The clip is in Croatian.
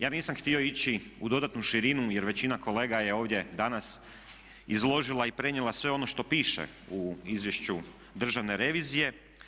Ja nisam htio ići u dodatnu širinu, jer većina kolega je ovdje danas izložila i prenijela sve ono što piše u izvješću Državne revizije.